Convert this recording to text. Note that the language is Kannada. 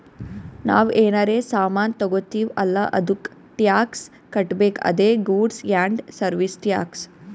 ನಾವ್ ಏನರೇ ಸಾಮಾನ್ ತಗೊತ್ತಿವ್ ಅಲ್ಲ ಅದ್ದುಕ್ ಟ್ಯಾಕ್ಸ್ ಕಟ್ಬೇಕ್ ಅದೇ ಗೂಡ್ಸ್ ಆ್ಯಂಡ್ ಸರ್ವೀಸ್ ಟ್ಯಾಕ್ಸ್